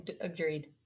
Agreed